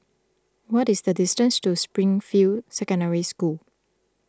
what is the distance to Springfield Secondary School